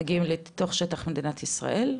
שמגיעים לתוך שטח מדינת ישראל,